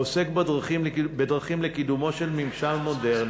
העוסק בדרכים לקידומו של ממשל מודרני,